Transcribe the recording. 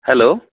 hello